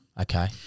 Okay